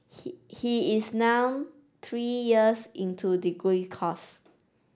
he he is now three years into degree course